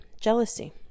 jealousy